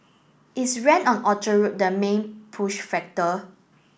is rent on Orchard Road the main push factor